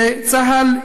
וצה"ל,